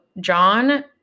John